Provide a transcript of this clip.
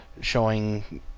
showing